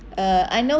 uh I know